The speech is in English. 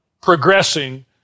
progressing